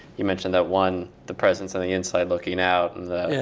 you mentioned that one, the president's on the inside looking out, and the